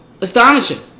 astonishing